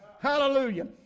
hallelujah